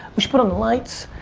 we should put on the lights.